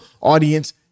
audience